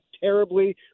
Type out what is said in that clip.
terribly